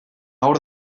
hor